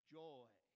joy